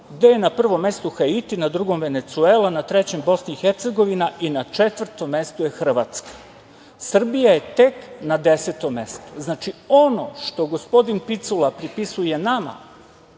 gde je na prvom mestu Haiti, na drugom Venecuela, na trećem BiH i na četvrtom mestu je Hrvatska. Srbija je tek na 10 mestu. Znači, ono što gospodin Picula pripisuje nama